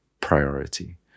priority